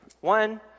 one